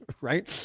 right